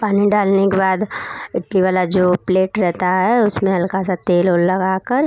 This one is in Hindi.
पानी डालने के बाद इडली वाला जो प्लेट रहता है उसमें हल्का सा तेल वेल लगा कर